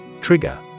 Trigger